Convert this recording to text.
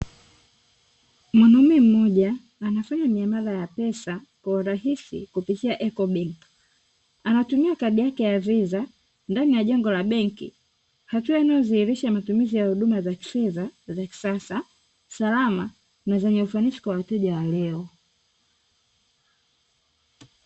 Mwanaume mmoja anafanya muamala wa kibenki kwa urahisi kupitia 'ECO bank', anatumia kadi yake ya visa ndani ya jengo la benki hatua inayodhihirisha matumimizi ya huduma za kifedha za kisasa, salama, na zenye ufanisi kwa wateja wa leo.